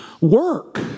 work